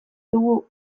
dugu